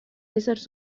éssers